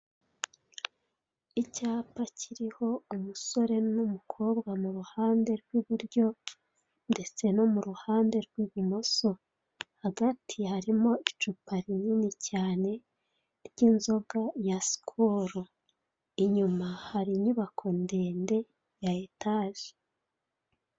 Icyapa kiriho umusore n'umukobwa mu ruhande rw'iburyo ndetse no mu ruhande rw'ibumoso. Hagati harimo icupa rinini cyane ry'inzoga ya skol, inyuma hari inyubako ndende ya etaje.